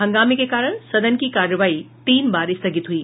हंगामे के कारण सदन की कार्यवाही तीन बार स्थगित हुई